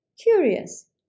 curious